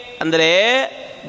Andre